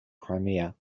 crimea